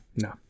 no